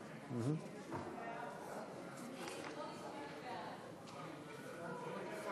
6) (האזנה לאיתור או מניעה של דליפת מידע ביטחוני),